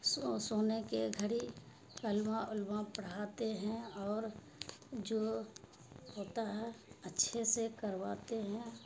سو سونے کے گھڑی کلمہ اولمہ پڑھاتے ہیں اور جو ہوتا ہے اچھے سے کرواتے ہیں